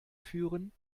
führen